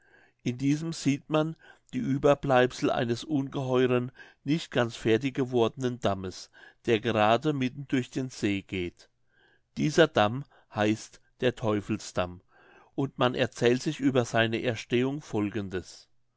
in diesem sieht man die ueberbleibsel eines ungeheuren nicht ganz fertig gewordenen dammes der gerade mitten durch den see geht dieser damm heißt der teufelsdamm und man erzählt sich über seine entstehung folgendes